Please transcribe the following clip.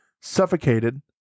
suffocated